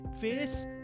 face